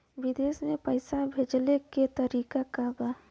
विदेश में पैसा भेजे के तरीका का बा?